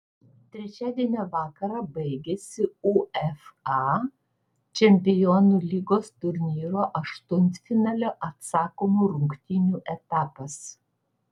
trečiadienio vakarą baigėsi uefa čempionų lygos turnyro aštuntfinalio atsakomų rungtynių etapas